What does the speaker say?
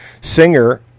singer